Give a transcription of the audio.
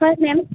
হয় মেম